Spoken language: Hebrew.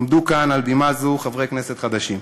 עמדו כאן, על בימה זו, חברי כנסת חדשים,